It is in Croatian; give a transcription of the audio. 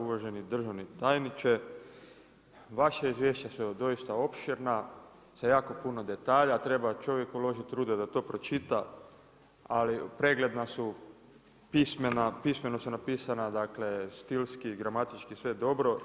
Uvaženi državne tajniče, vaša izvješća su doista opširna, sa jako puno detalja, treba čovjek uložiti truda da to pročita, ali pregledna su, pismeno su napisana, dakle, stilski, gramatički, sve dobro.